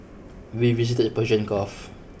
we visited the Persian Gulf